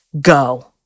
go